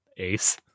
Ace